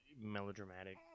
melodramatic